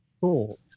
thought